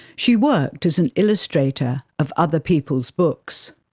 she worked as an illustrator of other people's books.